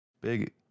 Big